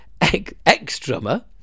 ex-drummer